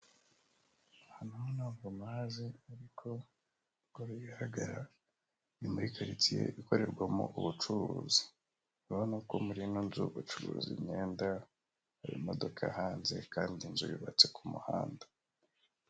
Aha naho ho ntabwo mpazi, ariko nk'uko bigarara ni muri Karitsiye ikorerwamo ubucuruzi, urabona ko muri ino nzo bacuruza imyenda, hari imodoka hanze, kandi inzu yubatse ku muhanda.